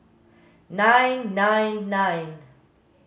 nine nine nine